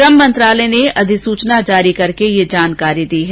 श्रम मंत्रालय ने अधिसूचना जारी करके यह जानकारी दी है